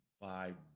five